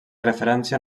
referència